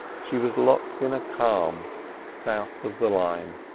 she was locked in a calm south of the line.